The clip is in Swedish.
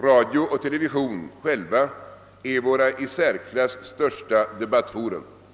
radio och television själva är våra i särklass största debattfora.